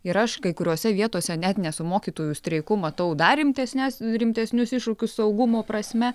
ir aš kai kuriose vietose net ne su mokytojų streiku matau dar rimtesnes rimtesnius iššūkius saugumo prasme